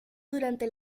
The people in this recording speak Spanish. durante